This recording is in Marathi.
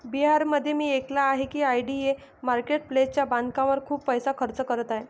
बिहारमध्ये मी ऐकले आहे की आय.डी.ए मार्केट प्लेसच्या बांधकामावर खूप पैसा खर्च करत आहे